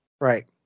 Right